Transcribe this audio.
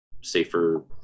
safer